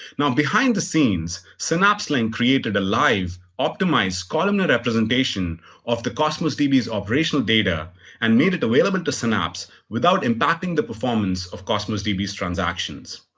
now, behind the scenes synapse link created a live optimized columnar representation of the cosmos db's operational data and made it available to synapse without impacting the performance of cosmos db's transactions.